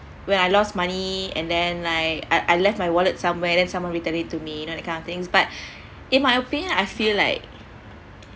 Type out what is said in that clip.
when I lost money and then like I I left my wallet somewhere then someone returned it to me you know that kind of things but in my opinion I feel like